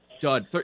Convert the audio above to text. dud